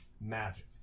magic